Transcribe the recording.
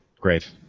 Great